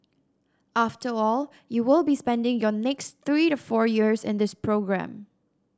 after all you will be spending your next three to four years in this programme